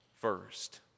first